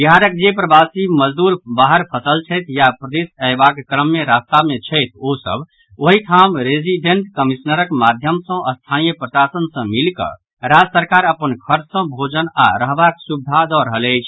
बिहारक जे प्रवासी मजदूर बाहर फंसल छथि या प्रदेश अयबाक क्रम मे रास्ता मे छथि ओ सभ ओहि ठाम रेसिडेंट कमिश्नरक माध्यम सँ स्थानीय प्रशासन सँ मिली कऽ राज्य सरकार अपन खर्च सँ भोजन आओर रहबाक सुविधा दऽ रहल अछि